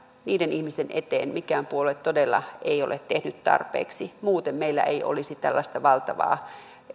niiden ihmisten eteen mikään puolue todella ei ole tehnyt tarpeeksi meillä ei olisi tällaista valtavaa